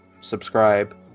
subscribe